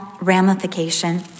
ramification